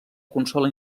consola